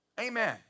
Amen